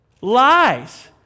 Lies